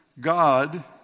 God